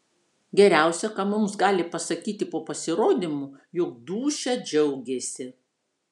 geriausia ką mums gali pasakyti po pasirodymo jog dūšia džiaugėsi